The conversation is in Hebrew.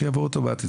שיעבור אוטומטית,